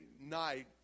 night